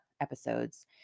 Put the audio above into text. Episodes